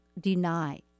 deny